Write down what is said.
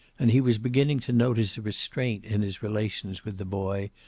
and he was beginning to notice a restraint in his relations with the boy,